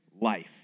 life